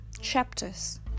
chapters